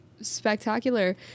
spectacular